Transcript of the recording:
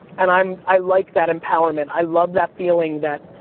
and i'm, i like that empowerment, i love that feeling that,